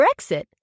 Brexit